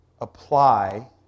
apply